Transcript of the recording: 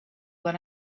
when